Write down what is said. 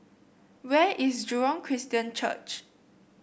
where is Jurong Christian Church